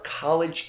college